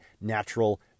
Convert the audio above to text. natural